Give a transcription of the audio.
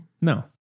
no